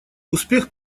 успех